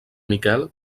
miquel